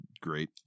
great